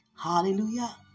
Hallelujah